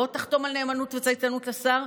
לא תחתום על נאמנות וצייתנות לשר,